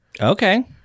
Okay